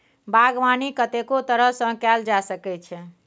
बागबानी कतेको तरह सँ कएल जा सकै छै